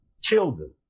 children